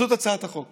זאת הצעת חוק